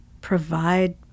provide